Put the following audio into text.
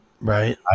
right